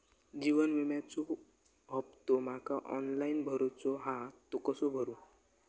जीवन विम्याचो हफ्तो माका ऑनलाइन भरूचो हा तो कसो भरू?